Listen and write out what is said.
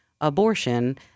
abortion